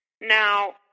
Now